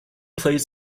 plays